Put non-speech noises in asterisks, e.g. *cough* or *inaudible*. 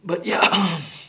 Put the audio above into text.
but ya *noise*